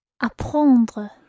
Apprendre